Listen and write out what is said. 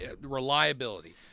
reliability